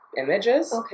images